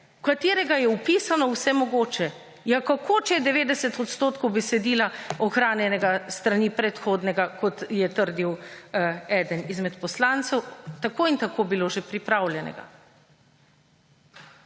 katerega je vpisano vse mogoče. Ja, kako, če je 90 % besedila ohranjenega s strani predhodnega, kot je trdil eden izmed poslancev, tako in tako bilo že pripravljenega?